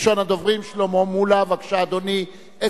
ראשון הדוברים, שלמה מולה, בבקשה, אדוני.